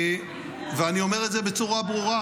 אני אומר את זה בצורה ברורה: